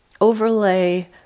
overlay